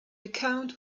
account